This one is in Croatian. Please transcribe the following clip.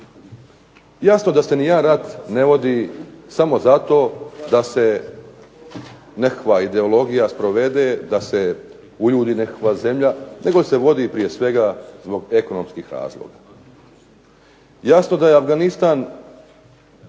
Jasno da se ni jedan rat ne vodi samo zato da se nekakva ideologija sprovede da se uljudi nekakva zemlja, nego se vodi prije svega zbog ekonomskih razloga. Jasno da je Afganistan